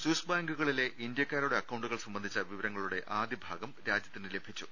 Swiss ബാങ്കുകളിലെ ഇന്ത്യക്കാരുടെ അക്കൌണ്ടുകൾ സംബന്ധിച്ച വിവരങ്ങളുടെ ആദ്യഭാഗം രാജ്യത്തിന് ലഭിച്ചു